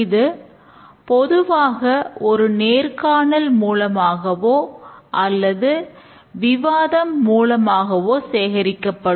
இது பொதுவாக ஒரு நேர்காணல் மூலமாகவோ அல்லது விவாதம் மூலமாகவோ சேகரிக்கப்படும்